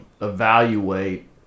evaluate